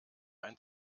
ein